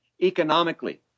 economically